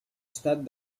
estat